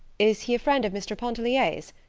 is he a friend of mr. pontellier's?